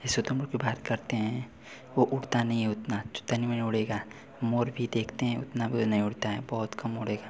यह शुतुरमुर्ग़ की बात करते हैं वह उड़ता नहीं है उतना जो तनि मनी उड़ेगा मोर भी देखते हैं उतना भी नहीं उड़ते हैं बहुत कम उड़ेगा